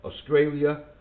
Australia